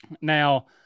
Now